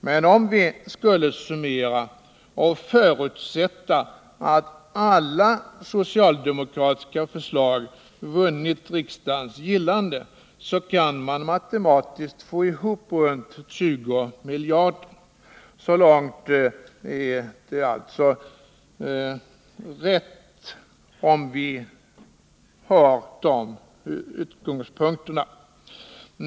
Men om vi skulle summera och förutsätta att alla socialdemokratiska förslag vunnit riksdagens gillande, kan man matematiskt få ihop runt 20 miljarder. Så långt är det alltså rätt, om vi har de utgångspunkterna.